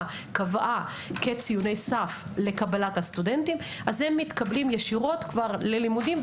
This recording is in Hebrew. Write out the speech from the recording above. קבעה כציוני סף ישירות ללימודים,